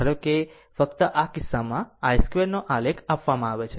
ધારો કે ફક્ત આ કિસ્સામાં i2 નો આલેખ આપવામાં આવે છે